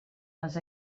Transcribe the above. les